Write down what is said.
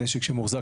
נשק שמוחזק,